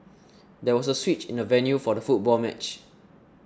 there was a switch in the venue for the football match